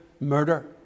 murder